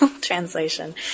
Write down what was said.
translation